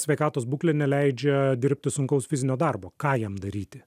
sveikatos būklė neleidžia dirbti sunkaus fizinio darbo ką jam daryti